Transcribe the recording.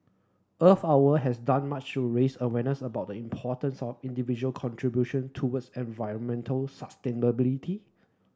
Earth Hour has done much to raise awareness about the importance of individual contribution towards environmental sustainability